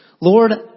Lord